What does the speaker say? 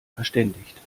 verständigt